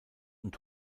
und